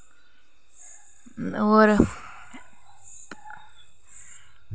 होर